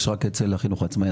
יש רק אצל החינוך העצמאי,